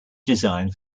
designed